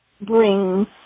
brings